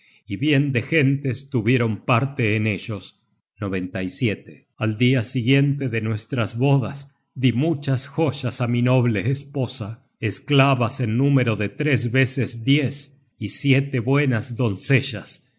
y bien de gentes tuvieron parte en ellos al dia siguiente de nuestras bodas di muchas joyas á mi noble esposa esclavas en número de tres veces diez y siete buenas doncellas